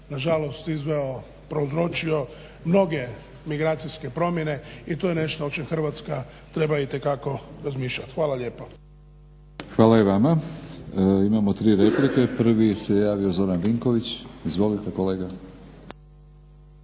nažalost izveo, prouzročio mnoge migracijske promjene i to je nešto što će Hrvatska treba itekako razmišljat. Hvala lijepa. **Batinić, Milorad (HNS)** Hvala i vama. Imamo tri replike. Prvi se javio Zoran Vinković. Izvolite kolega.